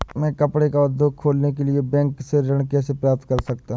मैं कपड़े का उद्योग खोलने के लिए बैंक से ऋण कैसे प्राप्त कर सकता हूँ?